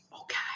Okay